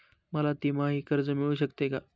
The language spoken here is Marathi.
मला तिमाही कर्ज मिळू शकते का?